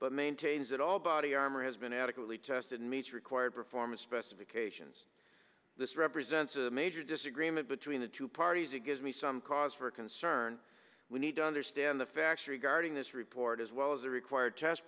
but maintains that all body armor has been adequately tested meets required performance specifications this represents a major disagreement between the two parties it gives me some cause for concern we need to understand the facts regarding this report as well as the required test